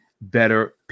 better